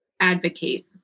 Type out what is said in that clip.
advocate